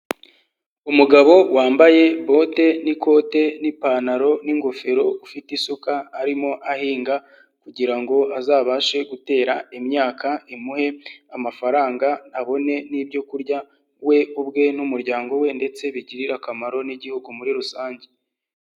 Umugabo wambaye bote n'ikote, n'ipantaro, n'ingofero ufite isuka, arimo ahinga kugira ngo ngo azabashe gutera imyaka imuhe amafaranga, abone n'ibyo kurya we ubwe n'umuryango we ndetse bigirire akamaro n'igihugu muri rusange.